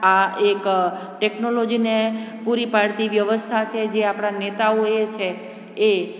આ એક ટેકનોલોજીને પૂરી પાળતી વ્યવસ્થા છે જે આપણા નેતા હોય છે એ